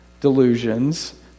delusions